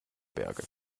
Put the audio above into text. berge